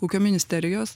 ūkio ministerijos